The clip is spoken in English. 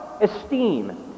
esteem